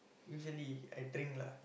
usually I think lah